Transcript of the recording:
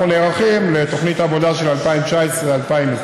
אנחנו נערכים לתוכנית העבודה של 2019 2020,